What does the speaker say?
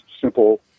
simple